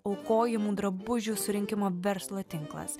aukojimų drabužių surinkimo verslo tinklas